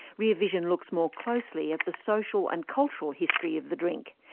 rear vision looks more closely at the social and cultural history of the drink,